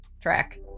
track